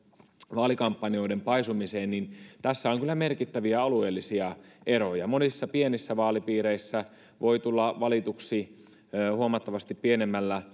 vaalikampanjoiden paisumiseen niin tässä on kyllä merkittäviä alueellisia eroja monissa pienissä vaalipiireissä voi tulla valituksi huomattavasti pienemmällä